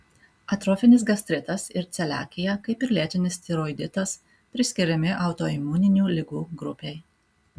atrofinis gastritas ir celiakija kaip ir lėtinis tiroiditas priskiriami autoimuninių ligų grupei